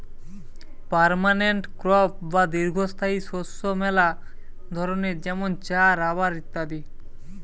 permanent crop বা দীর্ঘস্থায়ী শস্য মেলা ধরণের যেমন চা, রাবার ইত্যাদি